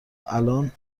الان